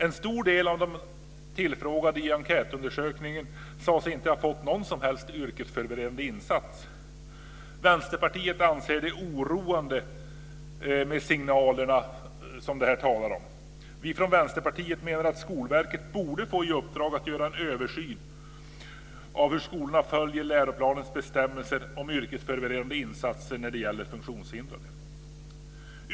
En stor del av de tillfrågade i en enkätundersökning sade sig inte ha fått någon som helst yrkesförberedande insats. Vänsterpartiet anser att dessa signaler är oroande. Vi från Vänsterpartiet menar att Skolverket borde få i uppdrag att göra en översyn av hur skolorna följer läroplanens bestämmelser om yrkesförberedande insatser när det gäller funktionshindrade.